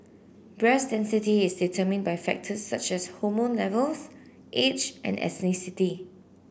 breast density is determined by factors such as hormone levels age and ethnicity